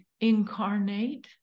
incarnate